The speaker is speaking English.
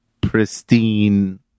pristine